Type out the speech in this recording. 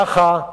ככה,